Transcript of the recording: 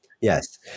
Yes